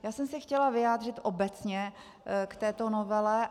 Já jsem se chtěla vyjádřit obecně k této novele.